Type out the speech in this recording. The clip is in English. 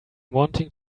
wanting